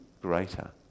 greater